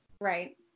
right